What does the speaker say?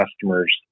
customers